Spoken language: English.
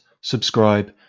subscribe